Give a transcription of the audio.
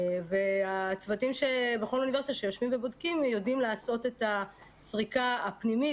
הצוותים שבכל אוניברסיטה יודעים לעשות את הסריקה הפנימית